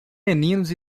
meninos